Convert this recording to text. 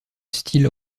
style